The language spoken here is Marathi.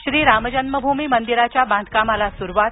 श्री राम जन्मभूमी मंदिराच्या बांधकामाला सुरुवात